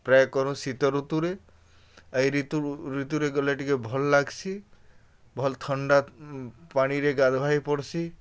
ପ୍ରାୟ କରୁ ଶୀତ ଋତୁରେ ଇ ଋତୁ ଋତୁରେ ଗଲେ ଟିକେ ଭଲ୍ ଲାଗ୍ସି ଭଲ୍ ଥଣ୍ଡା ପାଣିରେ ଗାଧ୍ବାର୍ କେ ପଡ଼୍ସି